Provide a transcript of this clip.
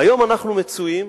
היום אנחנו מצויים,